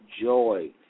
joy